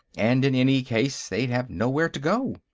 and in any case, they'd have nowhere to go.